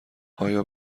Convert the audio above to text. آیا